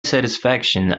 satisfaction